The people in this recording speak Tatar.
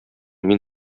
мин